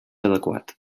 adequat